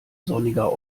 sonniger